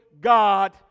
God